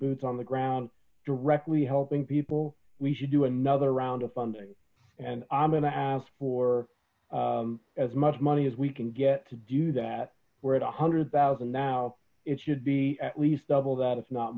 boots on the ground directly helping people we should do another round of funding and i'm gonna ask for as much money as we can get to do that we're at a hundred thousand now it should be at least double that if not